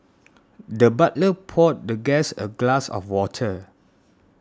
the butler poured the guest a glass of water